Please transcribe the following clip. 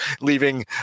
leaving